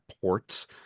ports